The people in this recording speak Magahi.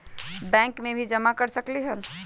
बैंक में भी जमा कर सकलीहल?